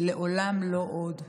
ולעולם לא עוד,